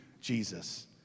Jesus